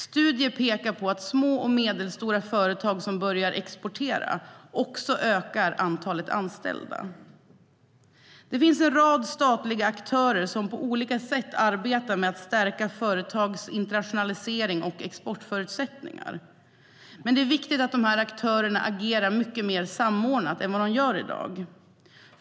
Studier pekar på att små och medelstora företag som börjar exportera också ökar antalet anställda. Det finns en rad statliga aktörer som på olika sätt arbetar med att stärka företags internationalisering och exportförutsättningar. Men det är viktigt att dessa aktörer agerar mycket mer samordnat än de gör i dag.